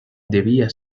debía